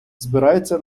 збираються